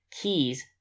keys